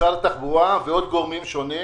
משרד התחבורה וגורמים שונים.